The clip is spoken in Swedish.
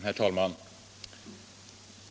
Herr talman!